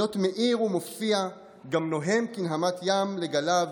להיות מאיר ומופיע גם נוהם כנהמת ים לגליו,